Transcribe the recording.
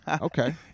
Okay